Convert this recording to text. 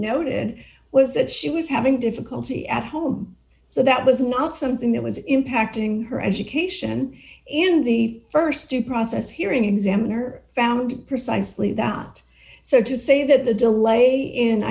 noted was that she was having difficulty at home so that was not something that was impacting her education in the st due process hearing examiner found precisely that so to say that the delay in